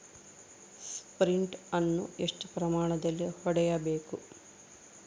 Sprint ಅನ್ನು ಎಷ್ಟು ಪ್ರಮಾಣದಲ್ಲಿ ಹೊಡೆಯಬೇಕು?